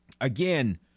again